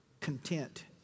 content